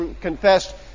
confessed